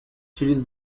через